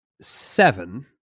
seven